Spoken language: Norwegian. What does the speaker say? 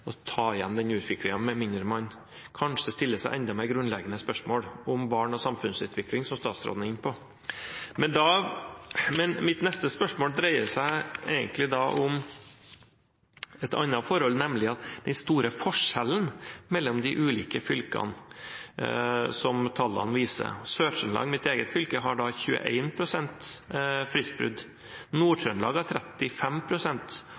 ta igjen den utviklingen med mindre man kanskje stiller seg enda mer grunnleggende spørsmål om barn og samfunnsutvikling, som statsråden er inne på. Mitt neste spørsmål dreier seg egentlig om et annet forhold, nemlig den store forskjellen mellom de ulike fylkene som tallene viser. Sør-Trøndelag, mitt eget fylke, har 21 pst. fristbrudd,